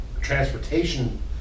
transportation